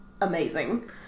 amazing